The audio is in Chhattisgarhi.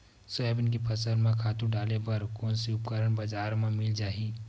सोयाबीन के फसल म खातु डाले बर कोन से उपकरण बजार म मिल जाहि?